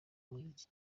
muziki